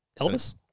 Elvis